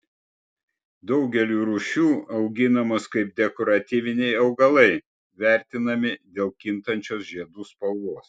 daugelio rūšių auginamos kaip dekoratyviniai augalai vertinami dėl kintančios žiedų spalvos